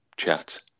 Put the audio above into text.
chat